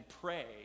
Pray